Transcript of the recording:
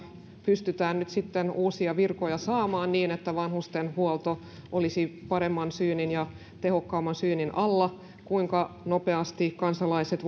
pystytään nyt sitten uusia virkoja saamaan niin että vanhustenhuolto olisi paremman ja tehokkaamman syynin alla kuinka nopeasti kansalaiset